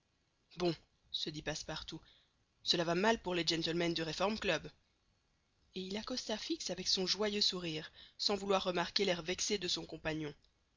bon se dit passepartout cela va mal pour les gentlemen du reform club et il accosta fix avec son joyeux sourire sans vouloir remarquer l'air vexé de son compagnon